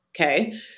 Okay